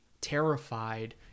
terrified